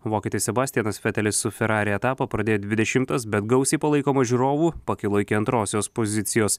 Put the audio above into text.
vokietis sebastianas fetelis su ferrari etapą pradėjo dvidešimtas bet gausiai palaikomas žiūrovų pakilo iki antrosios pozicijos